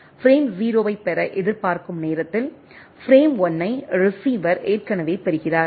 frame 0 ஐப் பெற எதிர்பார்க்கும் நேரத்தில் பிரேம் 1 ஐ ரிசீவர் ஏற்கனவே பெறுகிறார்